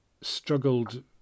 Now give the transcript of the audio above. struggled